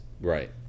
Right